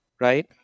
right